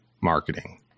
marketing